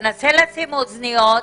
תקלה טכנית.